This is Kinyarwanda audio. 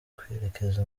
kwerekeza